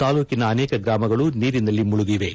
ತಾಲೂಕಿನ ಅನೇಕ ಗ್ರಾಮಗಳು ನೀರಿನಲ್ಲಿ ಮುಳುಗಿವೆ